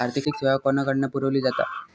आर्थिक सेवा कोणाकडन पुरविली जाता?